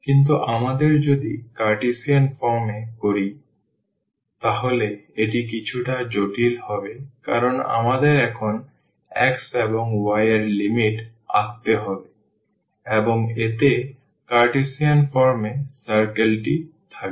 কিন্তু আমরা যদি কার্টেসিয়ান ফর্মে করি তাহলে এটি কিছুটা জটিল হবে কারণ আমাদের এখন x এবং y এর লিমিট আঁকতে হবে এবং এতে কার্টেসিয়ান ফর্মে circle টি থাকবে